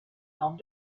dans